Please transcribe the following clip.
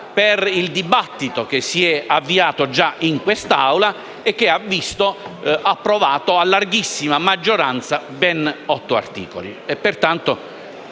Grazie,